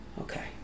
Okay